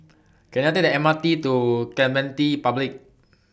Can I Take The M R T to Clementi Public